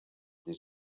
des